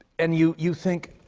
and you you think,